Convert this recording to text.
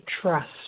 trust